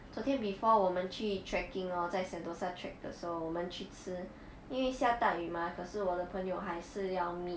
昨天 before 我们去 trekking hor 在 sentosa trek 的时候我们去吃因为下大雨 mah 可是我的朋友还是要 meet